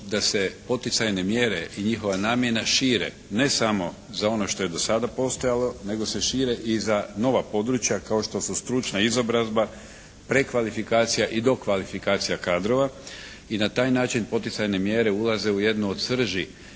da se poticajne mjere i njihova namjera šire ne samo za ono što je do sada postojalo nego se šire i za nova područja kao što su stručna izobrazba, prekvalifikacija i dokvalifikacija kadrova i na taj način poticajne mjere ulaze u jednu od srži